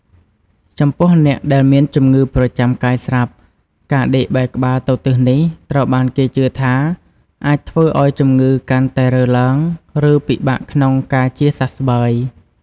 ចំពោះអ្នកដែលមានជំងឺប្រចាំកាយស្រាប់ ការដេកបែរក្បាលទៅទិសនេះ ត្រូវបានគេជឿថាអាចធ្វើឱ្យជំងឺកាន់តែរើឡើង ឬពិបាកក្នុងការជាសះស្បើយ។